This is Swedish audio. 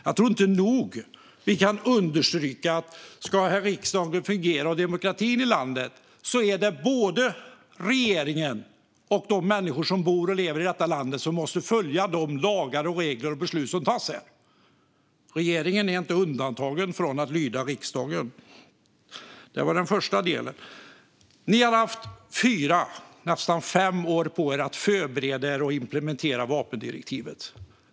Jag tror inte att vi nog kan understryka att ska riksdagen och demokratin i landet fungera måste både regeringen och de människor som bor i landet följa de beslut som tas och de lagar och regler som råder. Regeringen är inte undantagen från att lyda riksdagen. Det var den första delen. Ni har haft fyra, nästan fem, år på er att förbereda er och implementera vapendirektivet.